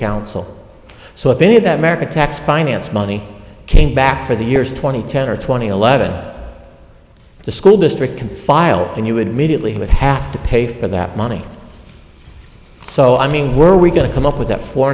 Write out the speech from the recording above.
council so if any of the tax finance money came back for the years twenty ten or twenty eleven the school district can file and you would immediately he would have to pay for that money so i mean where are we going to come up with that four